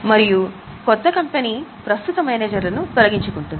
మరియు కొత్త కంపెనీ ప్రస్తుత మేనేజర్లను తొలగించుకుంటుంది